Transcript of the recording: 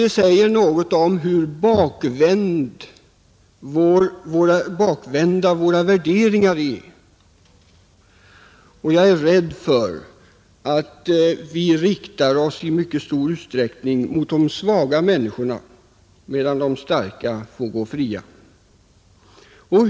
Det säger något om hur bakvända våra värderingar är. Jag är rädd för att vi i mycket stor utsträckning riktar oss mot de svaga människorna, medan de starka får gå fria.